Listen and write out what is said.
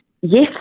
yes